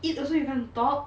eat also you wanna talk